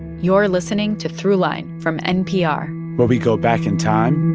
you're listening to throughline from npr where we go back in time.